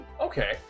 Okay